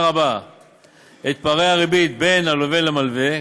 רבה את פערי הריבית בין הלווה למלווה.